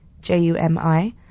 J-U-M-I